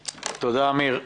תודה, אמיר.